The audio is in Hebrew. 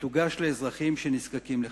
שתוגש לאזרחים שנזקקים לכך.